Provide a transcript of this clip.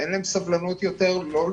שאין להם סבלנות יותר להתמודד,